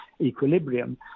equilibrium